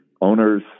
owners